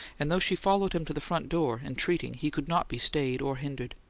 and though she followed him to the front door, entreating, he could not be stayed or hindered.